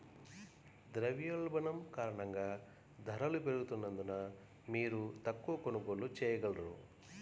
ద్రవ్యోల్బణం కారణంగా ధరలు పెరుగుతున్నందున, మీరు తక్కువ కొనుగోళ్ళు చేయగలరు